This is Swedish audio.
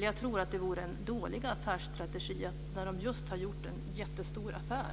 Jag tror att det vore en dålig affärsstrategi att gå ut och sälja just när Vin & Sprit har gjort en jättestor affär.